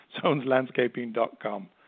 zoneslandscaping.com